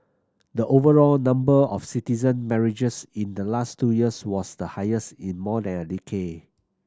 the overall number of citizen marriages in the last two years was the highest in more than a decade